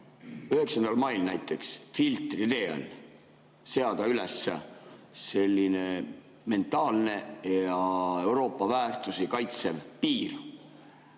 9. mail näiteks Filtri teele seada üles selline mentaalne Euroopa väärtusi kaitsev piir